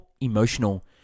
emotional